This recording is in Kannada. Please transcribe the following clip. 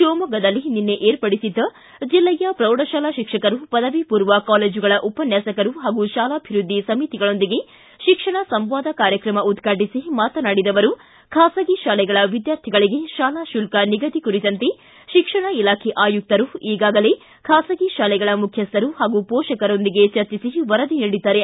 ಶಿವಮೊಗ್ಗದಲ್ಲಿ ನಿನ್ನೆ ಏರ್ಪಡಿಸಿದ್ದ ಜಿಲ್ಲೆಯ ಪ್ರೌಢಶಾಲಾ ಶಿಕ್ಷಕರು ಪದವಿಪೂರ್ವ ಕಾಲೇಜುಗಳ ಉಪನ್ಯಾಸಕರು ಹಾಗೂ ಶಾಲಾಭಿವೃದ್ದಿ ಸಮಿತಿಗಳೊಂದಿಗೆ ಶಿಕ್ಷಣ ಸಂವಾದ ಕಾರ್ಯಕ್ರಮ ಉದ್ವಾಟಿಸಿ ಮಾತನಾಡಿದ ಅವರು ಖಾಸಗಿ ಶಾಲೆಗಳ ವಿದ್ಯಾರ್ಥಿಗಳಿಗೆ ಶಾಲಾ ಶುಲ್ಕ ನಿಗದಿ ಕುರಿತಂತೆ ಶಿಕ್ಷಣ ಇಲಾಖೆ ಆಯುಕ್ತರು ಈಗಾಗಲೇ ಖಾಸಗಿ ಶಾಲೆಗಳ ಮುಖ್ಯಸ್ಥರು ಪಾಗೂ ಪೋಷಕರೊಂದಿಗೆ ಚರ್ಚಿಸಿ ವರದಿ ನೀಡಿದ್ದಾರೆ